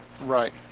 Right